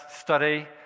study